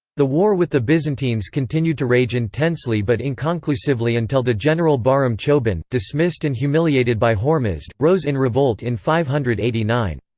the war with the byzantines continued to rage intensely but inconclusively until the general bahram chobin, dismissed and humiliated by hormizd, rose in revolt in five hundred and eighty nine.